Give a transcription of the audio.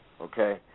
okay